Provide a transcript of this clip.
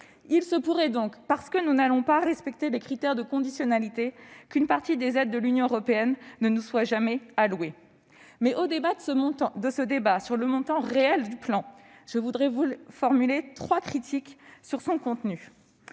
Il se pourrait donc, parce que nous n'allons pas respecter les critères de conditionnalité, qu'une partie des aides de l'Union européenne ne nous soit jamais allouée. Au-delà du débat sur le montant réel du plan, je formulerai trois critiques sur son contenu.